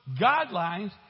guidelines